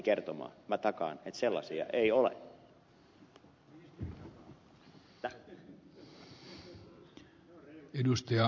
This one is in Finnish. minä takaan että sellaisia ei ole